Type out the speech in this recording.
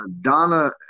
Donna